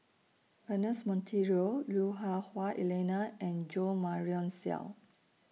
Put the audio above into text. Ernest Monteiro Lui Hah Wah Elena and Jo Marion Seow